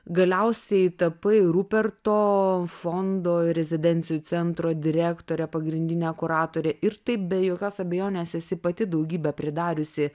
galiausiai tapai ruperto fondo rezidencijų centro direktorė pagrindinė kuratorė ir taip be jokios abejonės esi pati daugybę pridariusi